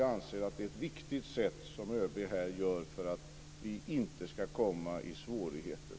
Jag anser att det är viktigt att ÖB gör på det här sättet för att vi inte ska komma i svårigheter.